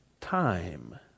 time